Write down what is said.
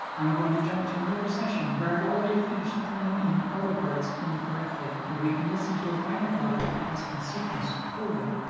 i'm going to jump to another session, where i've already finished playing in all the parts incorrectly and we can listen to a final product that has been sequenced poorly.